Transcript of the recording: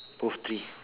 both tree